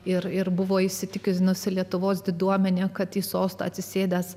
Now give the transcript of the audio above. ir ir buvo įsitikinusi lietuvos diduomenė kad į sostą atsisėdęs